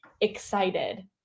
excited